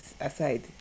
aside